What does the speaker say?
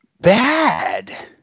bad